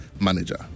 manager